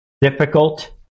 Difficult